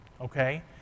okay